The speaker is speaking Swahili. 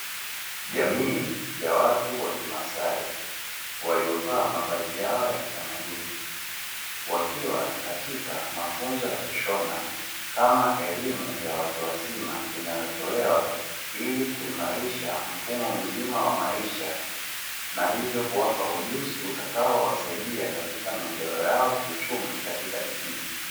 Jamii ya watu wa kimaasai waliovaa mavazi yao ya kitamaduni, wakiwa katika mafunzo ya kushona kama elimu ya watu wazima, inayotolewa ili kuimarisha mfumo mzima wa maisha, na hivyo kuwapa ujuzi utakaowasaidia katika maendeleo yao kiuchumi katika jamii.